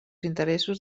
interessos